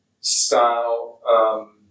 style